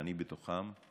ואני בתוכם,